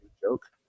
joke